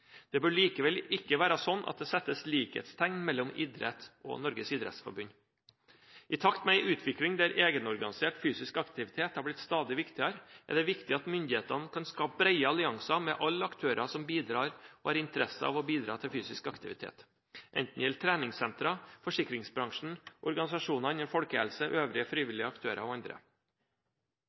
Det bør likevel ikke være sånn at det settes likhetstegn mellom idrett og Norges idrettsforbund. I takt med en utvikling der egenorganisert fysisk aktivitet har blitt stadig viktigere, er det viktig at myndighetene kan skape brede allianser med alle aktører som bidrar og har interesse av å bidra til fysisk aktivitet, enten det gjelder treningssentre, forsikringsbransjen, organisasjoner innen folkehelse, øvrige frivillige aktører og andre.